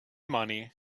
money